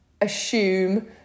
assume